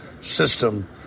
system